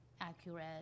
accurate